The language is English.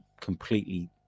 completely